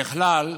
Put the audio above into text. ככלל,